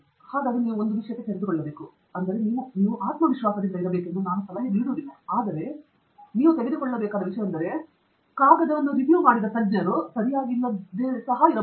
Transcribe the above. ಹಾಗಾಗಿ ನೀವು ತೆರೆದುಕೊಳ್ಳಬೇಕು ಅಂದರೆ ನೀವು ಆತ್ಮವಿಶ್ವಾಸದಿಂದ ಇರಬೇಕೆಂದು ನಾನು ಸಲಹೆ ನೀಡುವುದಿಲ್ಲ ಆದರೆ ನೀವು ತೆರೆದುಕೊಳ್ಳಬೇಕಾದ ವಿಷಯವೆಂದರೆ ಕಾಗದವನ್ನು ನೋಡಿದ ತಜ್ಞರು ಸರಿಯಾಗಿಲ್ಲದಿರಬಹುದು